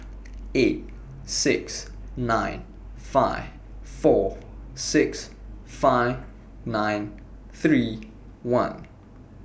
eight six nine five four six five nine three one